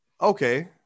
Okay